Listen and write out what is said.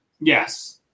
Yes